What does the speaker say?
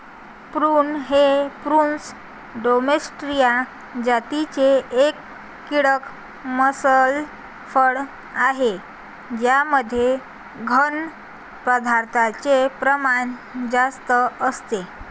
prune हे Prunus domestica जातीचे एक कडक मांसल फळ आहे ज्यामध्ये घन पदार्थांचे प्रमाण जास्त असते